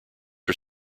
are